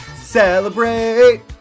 Celebrate